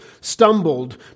stumbled